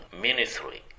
ministry